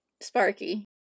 sparky